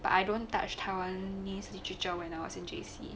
but I don't touch Taiwanese literature when I was in J_C